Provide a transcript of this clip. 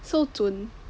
so 准